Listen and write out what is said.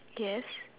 yes